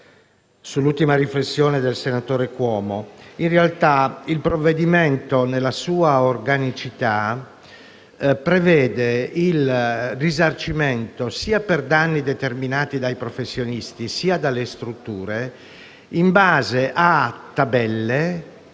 sull'ultima riflessione svolta dal senatore Cuomo. In realtà, il provvedimento nella sua organicità prevede il risarcimento dei danni provocati sia dai professionisti che dalle strutture in base a tabelle